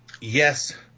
yes